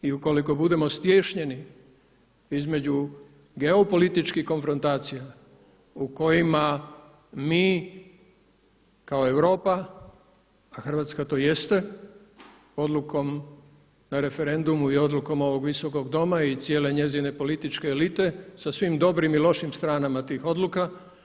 I ukoliko budemo stiješnjeni između geopolitičkih konfrontacija u kojima mi kao Europa a Hrvatska to jeste odlukom na referendumu i odlukom ovog Visokog doma i cijele njezine političke elite sa svim dobrim i lošim stranama tih odluka.